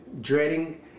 dreading